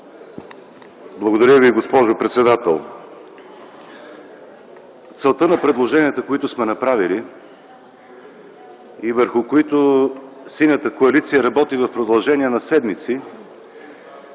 Благодаря Ви, госпожо председател. Целта на предложенията, които сме направили и върху които Синята коалиция работи в продължение на седмици,